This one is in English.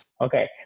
okay